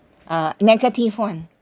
uh negative one